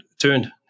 turned